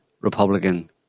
Republican